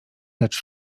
lecz